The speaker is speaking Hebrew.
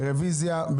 רוויזיה.